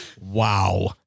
Wow